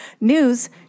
news